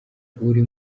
uri